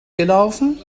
gelaufen